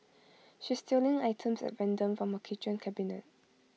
she's stealing items at random from her kitchen cabinet